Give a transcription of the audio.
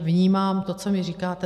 Vnímám to, co mi říkáte.